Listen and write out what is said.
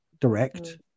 direct